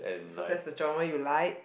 so that's the drama you like